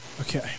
Okay